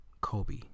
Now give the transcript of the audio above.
Kobe